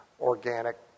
organic